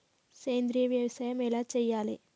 సేంద్రీయ వ్యవసాయం ఎలా చెయ్యాలే?